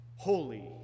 Holy